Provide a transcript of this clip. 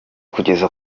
kugeza